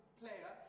player